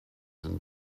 and